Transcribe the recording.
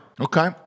Okay